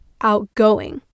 outgoing